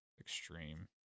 extreme